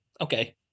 okay